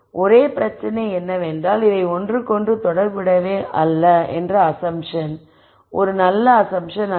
ஒரே பிரச்சனை என்னவென்றால் இவை ஒன்றுக்கொன்று தொடர்புடையவை அல்ல என்ற அஸம்ப்ஷன் ஒரு நல்ல அஸம்ப்ஷன் அல்ல